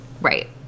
Right